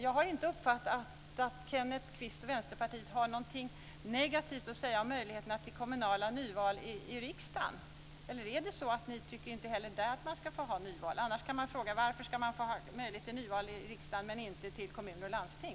Jag har inte uppfattat att Kenneth Kvist och Vänsterpartiet har någonting negativt att säga om möjligheten till nyval i riksdagen. Eller är det så att ni tycker att man inte heller här ska få ha nyval? Annars kan man fråga varför det ska finnas möjlighet till nyval till riksdagen, men inte till kommuner och landsting.